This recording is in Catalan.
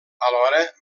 alhora